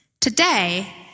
Today